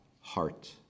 heart